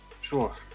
sure